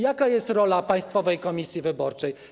Jaka jest rola Państwowej Komisji Wyborczej?